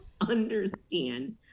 understand